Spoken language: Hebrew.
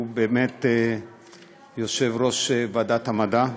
שהוא באמת יושב-ראש ועדת המדע,